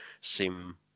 sim